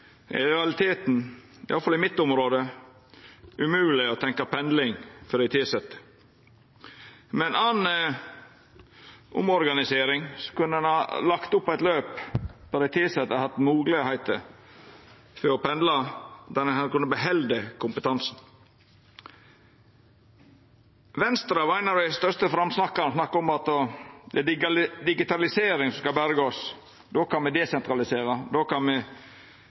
i realiteten – iallfall i mitt område – er umogleg å tenkja pendling for dei tilsette. Med ei anna omorganisering kunne ein ha lagt opp eit løp der dei tilsette hadde hatt moglegheiter til å pendla, og ein kunne ha behalde kompetansen. Venstre var ein av dei største framsnakkarane. Dei snakka om at det er digitalisering som skal berga oss – då kan me desentralisera, då kan